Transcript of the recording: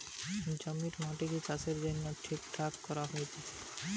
জমির মাটিকে চাষের জন্যে ঠিকঠাক কোরা হচ্ছে